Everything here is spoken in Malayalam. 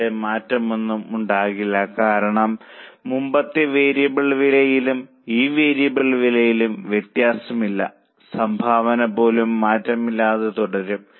ഇവിടെ മാറ്റമൊന്നും ഉണ്ടാകില്ല കാരണം മുമ്പത്തെ വേരിയബിൾ വിലയിലും ഈ വേരിയബിൾ വിലയിലും വ്യത്യാസമില്ല സംഭാവന പോലും മാറ്റമില്ലാതെ തുടരും